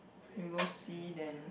you go see then